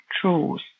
truth